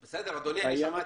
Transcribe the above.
שמעתי,